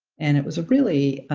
and it was a really